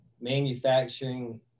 Manufacturing